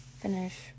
finish